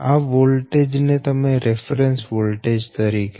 આ વોલ્ટેજ ને તમે રેફરેન્સ તરીકે લો